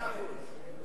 כן.